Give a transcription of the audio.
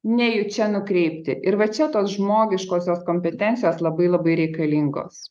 nejučia nukreipti ir va čia tos žmogiškosios kompetencijos labai labai reikalingos